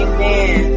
Amen